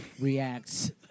reacts